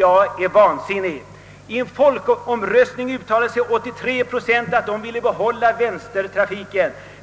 vara vansinnig. I en folkomröstning uttalade sig 83 procent för att de ville behålla vänstertrafiken.